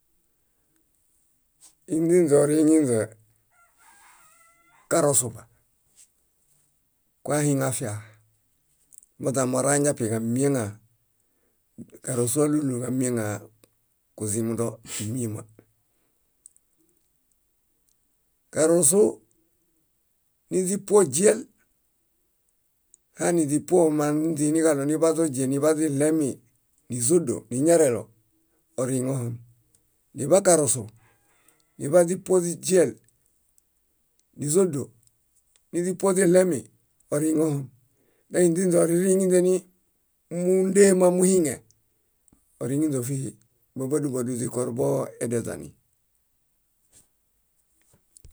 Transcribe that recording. Ínźinźe, karosu koahiŋafia. Moźamorañapi kamieŋa karosu álulu kamieŋa kuzimudo míama. Karosu niźipuoźiel, haniźipuo maniźiniġaɭo niḃaźoźiel niḃaźiɭemi nízodo niñarelo, oriŋohom. Naḃakarosu, niḃaźipuoziźiel nízodo niźipuoźiɭemi, oriŋohom. Náinźinźe oririŋinźe ni múndama muhiŋe, oriŋinźe ófihi. Bábadubadu źikorubo ediaźiani.